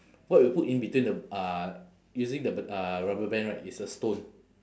what we put in between the uh using the b~ uh rubber band right is a stone